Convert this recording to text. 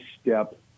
step